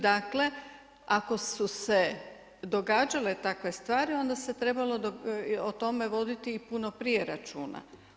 Dakle, ako su se događale takve stvari onda se trebalo o tome voditi i puno prije računa.